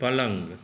पलङ्ग